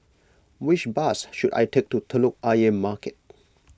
which bus should I take to Telok Ayer Market